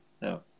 No